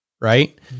right